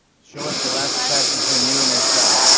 show us the last text between you and your spouse.